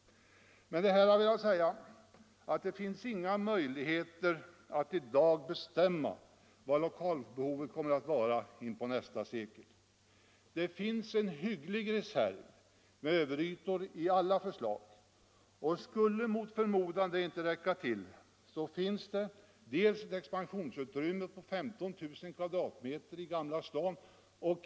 Med det nu anförda har jag velat säga att det inte finns några möjligheter att i dag bestämma vad lokalbehovet kommer att vara in på nästa sekel. Det finns en hygglig reserv med överytor i alla förslag, och skulle den mot förmodan inte räcka till har man ett expansionsutrymme på 15 000 m” i Gamla stan.